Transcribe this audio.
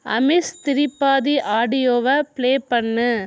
Amish Tripathi ஆடியோவை play பண்ணு